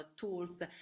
tools